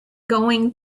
going